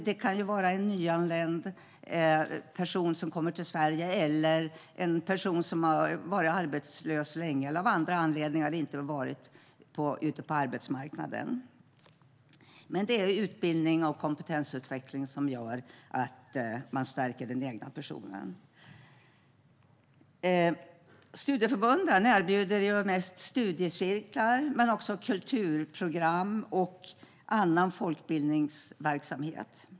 Det kan vara en person som är nyanländ i Sverige eller en person som har varit arbetslös länge eller som av andra anledningar inte varit ute på arbetsmarknaden. Det är utbildning och kompetensutveckling som stärker den egna personen. Studieförbunden erbjuder mest studiecirklar men också kulturprogram och annan folkbildningsverksamhet.